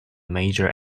major